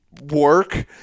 work